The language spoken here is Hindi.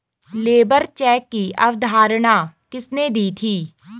लेबर चेक की अवधारणा किसने दी थी?